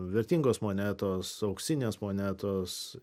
vertingos monetos auksinės monetos